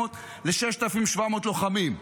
ל-6,700 לוחמים.